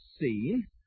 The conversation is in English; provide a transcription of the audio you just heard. seen